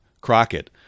Crockett